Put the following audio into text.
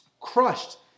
crushed